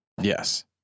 Yes